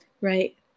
Right